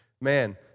man